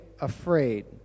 afraid